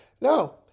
No